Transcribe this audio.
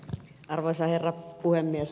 arvoisa herra puhemies